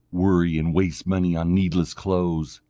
worry and waste money on needless clothes,